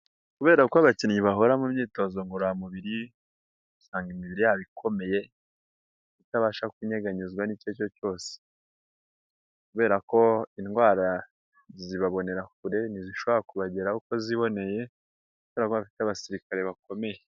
Kubera ko abakinnyi bahora mu myitozo ngororamubiri, usanga imibiri yabo ikomeye, itabasha kunyeganyezwa n'icyo aricyo cyose kubera ko indwara zibabonera kure ntizishobora kubageraho uko ziboneye kubera ko bafite abasirikare bakomeye.